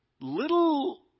little